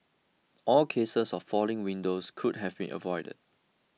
all cases of falling windows could have been avoided